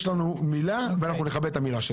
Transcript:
לנו מילה ואנחנו נכבד את המילה שלנו.